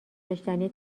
داشتنیه